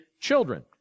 children